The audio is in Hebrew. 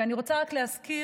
ואני רוצה רק להזכיר